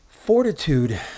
Fortitude